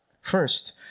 First